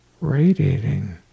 Radiating